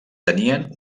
tenien